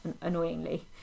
annoyingly